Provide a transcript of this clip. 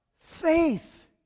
Faith